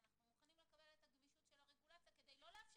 ואנחנו מוכנים לקבל את הגמישות של הרגולציה לא כדי לאפשר